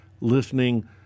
listening